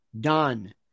Done